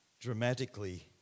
dramatically